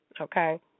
okay